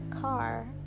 car